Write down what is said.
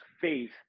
faith